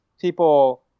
people